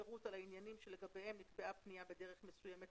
פירוט על העניינים שלגביהם נקבעה פנייה בדרך מסוימת